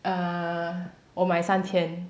uh 我买三千